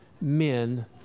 men